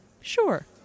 Sure